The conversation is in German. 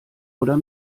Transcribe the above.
oder